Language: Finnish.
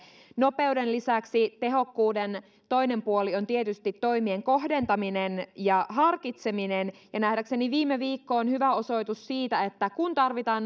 nopeuden lisäksi tehokkuuden toinen puoli on tietysti toimien kohdentaminen ja harkitseminen ja nähdäkseni viime viikko on hyvä osoitus siitä että kun tarvitaan